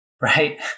right